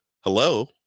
Hello